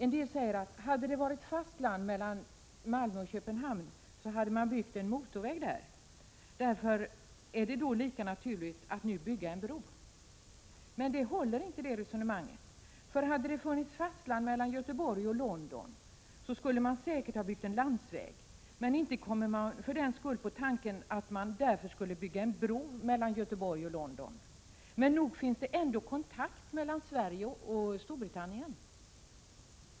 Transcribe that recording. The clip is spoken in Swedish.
En del säger: Hade det varit fast land mellan Malmö och Köpenhamn så hade man byggt en motorväg, och därför är det lika naturligt att nu bygga en bro. Men det resonemanget håller inte. Om det hade funnits fast land mellan Göteborg och London skulle man säkert ha byggt en landsväg, men inte kommer man för den skull på tanken att bygga en bro mellan Göteborg och London. Nog finns det kontakt mellan Sverige och Storbritannien ändå!